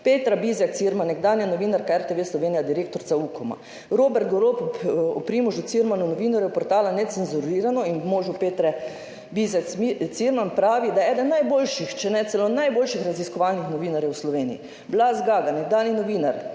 Petra Bizjak Cirman, nekdanja novinarka RTV Slovenija, direktorica UKOM-a, Robert Golob o Primožu Cirmanu novinarjev portala Necenzurirano in ob možu Petre Bizjak Cirman pravi, da je eden najboljših, če ne celo najboljših raziskovalnih novinarjev v Sloveniji, Blaž Zgaga, nekdanji novinar